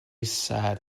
sad